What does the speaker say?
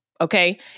Okay